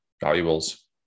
valuables